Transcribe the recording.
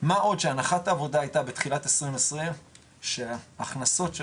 מה עוד שהנחת העבודה היתה בתחילת 2020 שהכנסות של